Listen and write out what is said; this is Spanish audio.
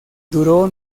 duró